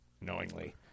knowingly